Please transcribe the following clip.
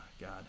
god